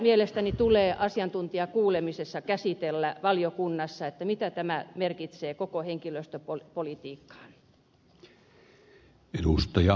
mielestäni tulee asiantuntijakuulemisessa käsitellä valiokunnassa sitä mitä tämä merkitsee koko henkilöstöpolitiikalle